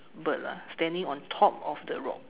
bird lah standing on top of the rock